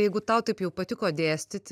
jeigu tau taip patiko dėstyti